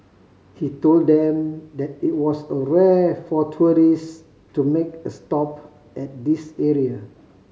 he told them that it was a rare for tourist to make a stop at this area